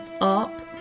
up